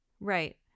Right